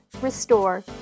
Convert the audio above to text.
restore